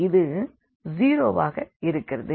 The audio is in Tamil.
இது 0 ரோவாக இருக்கிறது